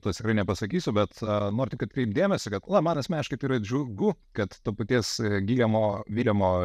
tas tikrai nepasakysiu bet ar noriu tik atkreipt dėmesį kad man asmeniškai yra džiugu kad to paties giljemo viljemo